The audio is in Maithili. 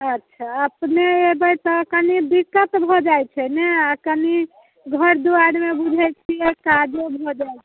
अच्छा अपने एबै तऽ कनि दिक्कत भऽ जाइत छै ने आ कनि घर दुआरिमे बुझैत छियै काजो भऽ जाइत छै